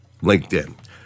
LinkedIn